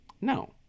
No